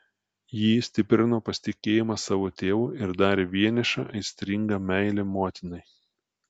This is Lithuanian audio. jį stiprino pasitikėjimas savo tėvu ir darė vienišą aistringa meilė motinai